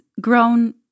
grown